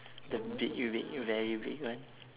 the big big very big one